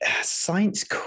science